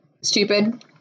stupid